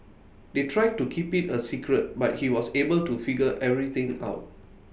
they tried to keep IT A secret but he was able to figure everything out